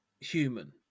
human